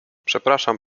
przepraszam